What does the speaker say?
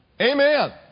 Amen